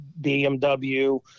BMW